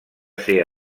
ser